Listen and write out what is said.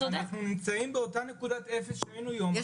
אנחנו נמצאים באותה נקודת התחלה שהיינו בה.